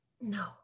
no